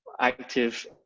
active